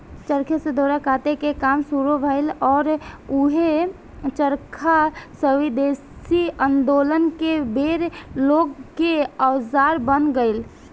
चरखे से डोरा काटे के काम शुरू भईल आउर ऊहे चरखा स्वेदेशी आन्दोलन के बेर लोग के औजार बन गईल